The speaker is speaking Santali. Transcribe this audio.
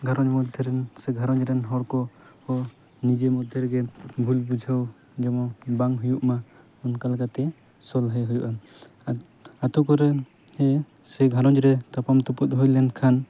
ᱜᱷᱟᱨᱚᱸᱡᱽ ᱢᱚᱫᱽᱫᱷᱮ ᱨᱮᱱ ᱥᱮ ᱜᱷᱟᱨᱚᱸᱡᱽ ᱨᱮᱱ ᱦᱚᱲ ᱠᱚ ᱠᱚ ᱱᱤᱡᱮ ᱢᱚᱫᱽᱫᱷᱮ ᱨᱮᱜᱮ ᱵᱷᱩᱞ ᱵᱩᱡᱷᱟᱹᱣ ᱡᱮᱢᱚᱱ ᱵᱟᱝ ᱦᱩᱭᱩᱜ ᱢᱟ ᱚᱱᱠᱟ ᱞᱮᱠᱟ ᱛᱮ ᱥᱚᱞᱦᱮᱸ ᱦᱩᱭᱩᱜᱼᱟ ᱟᱛᱳ ᱠᱚᱨᱮᱱ ᱥᱮ ᱜᱷᱟᱨᱚᱸᱡᱽ ᱨᱮ ᱛᱟᱯᱟᱢ ᱛᱩᱯᱩᱫ ᱦᱩᱭᱞᱮᱱ ᱠᱷᱟᱱ